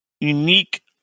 unique